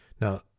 Now